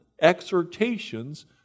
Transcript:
exhortations